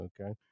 okay